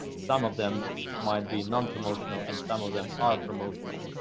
some of them might be non-promotional and some of them are promotional.